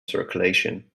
circulation